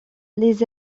les